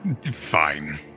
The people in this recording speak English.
Fine